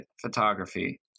photography